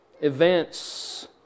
events